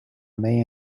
may